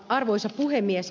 arvoisa puhemies